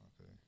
Okay